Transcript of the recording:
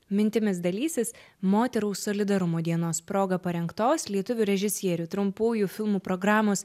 mintimis dalysis moterų solidarumo dienos proga parengtos lietuvių režisierių trumpųjų filmų programos